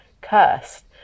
cursed